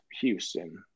Houston